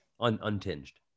untinged